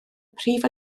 prif